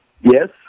Yes